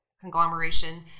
conglomeration